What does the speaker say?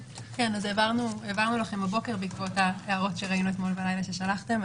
העברנו לכם הבוקר בעקבות ההערות שראינו ששלחתם אתמול בלילה.